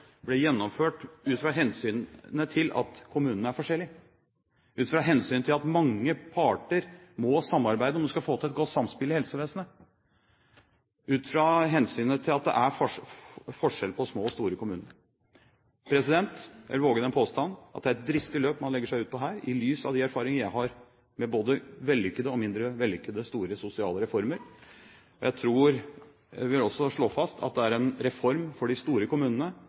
ble gjennomført ut fra hensynet til at kommunene er forskjellige, ut fra hensynet til at mange parter må samarbeide om man skal få til et godt samspill i helsevesenet, og ut fra hensynet til at det er forskjell på små og store kommuner. Jeg vil våge den påstand at det er et dristig løp man legger ut på her, i lys av de erfaringer jeg har med både vellykkede og mindre vellykkede store sosiale reformer. Jeg tror at jeg også vil slå fast at det er en reform for de store kommunene.